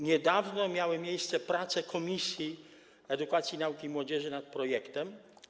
Niedawno miały miejsce prace w Komisji Edukacji, Nauki i Młodzieży nad projektem.